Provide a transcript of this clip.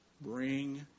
Bring